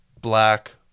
black